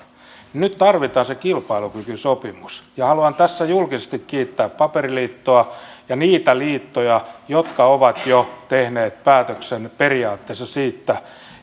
nyt tarvitaan se kilpailukykysopimus haluan tässä julkisesti kiittää paperiliittoa ja niitä liittoja jotka ovat jo tehneet päätöksen periaatteessa siitä